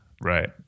Right